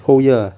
whole year ah